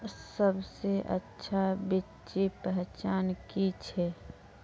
सबसे अच्छा बिच्ची पहचान की छे?